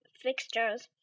fixtures